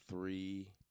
Three